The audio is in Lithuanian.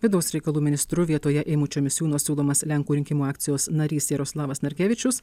vidaus reikalų ministru vietoje eimučio misiūno siūlomas lenkų rinkimų akcijos narys jaroslavas narkevičius